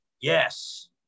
Yes